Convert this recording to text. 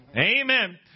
Amen